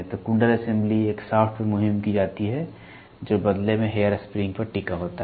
तो कुंडल असेंबली एक शाफ्ट पर मुहिम की जाती है जो बदले में हेयर स्प्रिंग पर टिका होता है